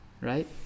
right